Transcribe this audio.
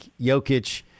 Jokic